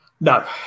No